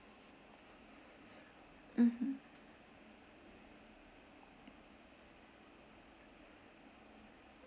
mmhmm